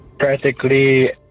Practically